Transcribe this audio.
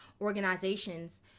organizations